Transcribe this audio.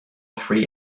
three